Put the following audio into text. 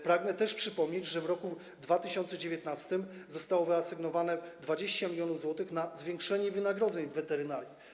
Pragnę też przypomnieć, że w roku 2019 zostało wyasygnowane 20 mln zł na zwiększenie wynagrodzeń w weterynarii.